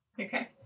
Okay